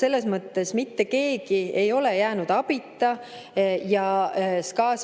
Selles mõttes mitte keegi ei ole jäänud abita. Ja SKA